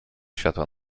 światła